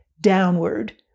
downward